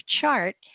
chart